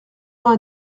vingt